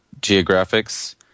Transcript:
geographics